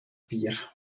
bier